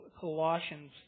Colossians